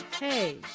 Hey